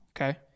Okay